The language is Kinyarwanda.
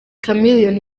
chameleone